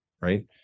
right